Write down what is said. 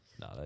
No